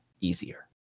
easier